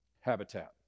Habitat